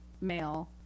male